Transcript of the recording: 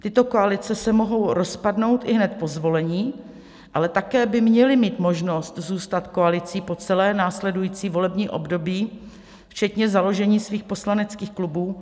Tyto koalice se mohou rozpadnout ihned po zvolení, ale také by měly mít možnost zůstat koalicí po celé následující volební období včetně založení svých poslaneckých klubů.